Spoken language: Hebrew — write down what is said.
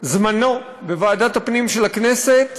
זמנו בוועדת הפנים של הכנסת